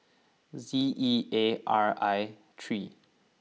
Z E A R I three